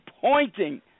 pointing